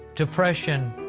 depression,